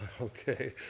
okay